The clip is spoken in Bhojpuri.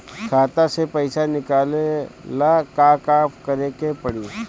खाता से पैसा निकाले ला का का करे के पड़ी?